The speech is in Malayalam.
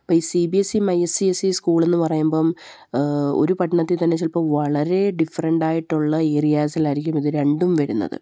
ഇപ്പോള് ഈ C B S E I C S E സ്കൂളെന്ന് പറയുമ്പോള് ഒരു പട്ടണത്തിൽ തന്നെ ചിലപ്പോള് വളരെ ഡിഫറൻറ്റ് ആയിട്ടുള്ള ഏരിയാസിലായിരിക്കും ഇത് രണ്ടും വരുന്നത്